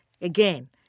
Again